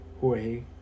Jorge